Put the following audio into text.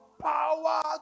Power